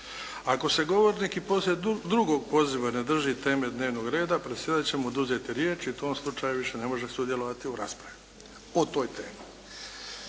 Ako se govornik i poslije drugog poziva ne drži teme dnevnog reda predsjedatelj će mu oduzeti riječ i u tom slučaju više ne može sudjelovati u raspravi o toj temi.